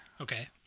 Okay